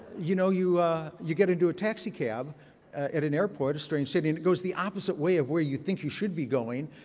you know, you you get into a taxicab at an airport, a strange city, and it goes the opposite way of where you think you should be going.